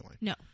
no